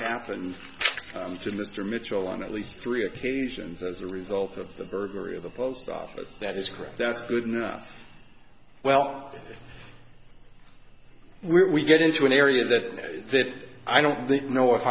happened to mr mitchell on at least three occasions as a result of the burglary of the post office that is correct that's good enough well we get into an area that i don't know if